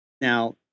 now